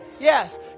Yes